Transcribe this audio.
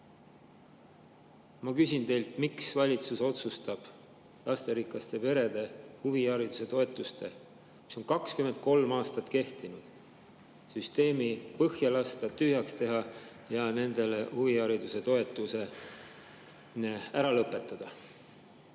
Ma küsin teilt: miks valitsus otsustab lasterikaste perede huvihariduse toetuste süsteemi, mis on 23 aastat kehtinud, põhja lasta, tühjaks teha ja nende huvihariduse toetuse ära lõpetada?